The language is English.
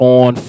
on